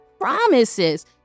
promises